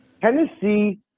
Tennessee